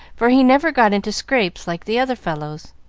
for he never got into scrapes like the other fellows.